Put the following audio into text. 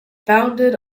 bounded